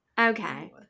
okay